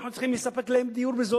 אנחנו צריכים לספק להן דיור בזול